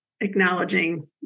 acknowledging